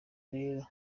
rero